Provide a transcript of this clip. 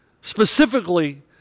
specifically